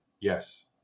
Yes